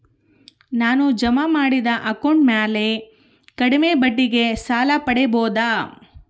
ನಾನು ಜಮಾ ಮಾಡಿದ ಅಕೌಂಟ್ ಮ್ಯಾಲೆ ಕಡಿಮೆ ಬಡ್ಡಿಗೆ ಸಾಲ ಪಡೇಬೋದಾ?